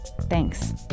thanks